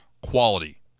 quality